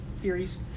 Theories